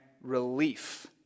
relief